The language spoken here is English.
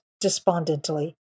despondently